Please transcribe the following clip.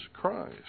Christ